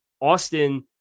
Austin